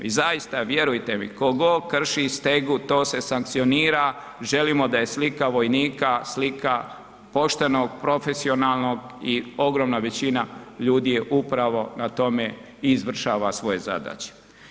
I zaista, vjerujte mi, tko god krši stegu to se sankcionira, želimo da je slika vojnika slika poštenog, profesionalnog i ogromna većina ljudi je upravo na tome i izvršava svoje zadaće.